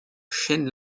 chaîne